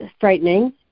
frightening